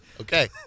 Okay